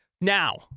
Now